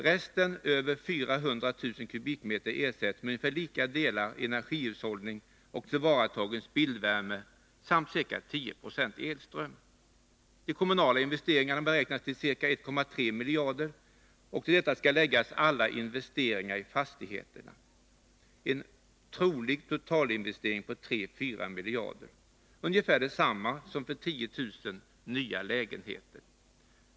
Resten, över 400 000 m? olja, ersätts med ungefär lika delar energihushållning och tillvaratagen spillvärme samt ca 10 96 elström. De kommunala investeringarna beräknas till ca 1,3 miljarder. Till detta skall läggas alla investeringar i fastigheter. Det innebär en trolig totalinvestering på 34 miljarder, ungefär detsamma som för 10 000 nya lägenheter.